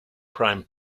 prime